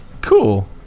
Cool